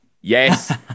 yes